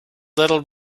little